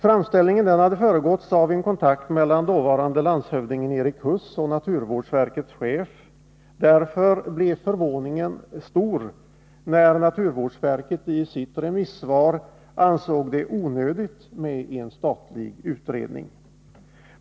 Framställningen hade föregåtts av en kontakt mellan dåvarande landshövdingen Erik Huss och naturvårdsverkets chef. Därför blev förvåningen stor, när naturvårdsverket i sitt remissvar ansåg det onödigt med en statlig utredning.